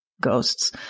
Ghosts